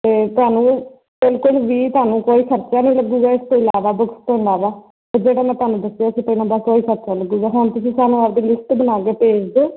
ਅਤੇ ਤੁਹਾਨੂੰ ਬਿਲਕੁਲ ਵੀ ਤੁਹਾਨੂੰ ਕੋਈ ਖਰਚਾ ਨਹੀਂ ਲੱਗੇਗਾ ਇਸ ਤੋਂ ਇਲਾਵਾ ਬੁਕਸ ਤੋਂ ਇਲਾਵਾ ਜਿਹੜਾ ਮੈਂ ਤੁਹਾਨੂੰ ਦੱਸਿਆ ਸੀ ਪਹਿਲਾਂ ਬਸ ਉਹੀ ਖਰਚਾ ਲੱਗੇਗਾ ਹੁਣ ਤੁਸੀਂ ਸਾਨੂੰ ਆਪਦੀ ਲਿਸਟ ਬਣਾ ਕੇ ਭੇਜ ਦਿਓ